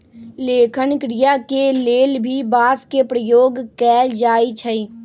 लेखन क्रिया के लेल भी बांस के प्रयोग कैल जाई छई